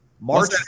March